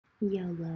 Yellow